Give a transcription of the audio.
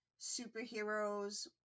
superheroes